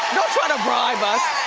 try to bribe us.